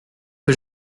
que